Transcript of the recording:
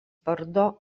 vardo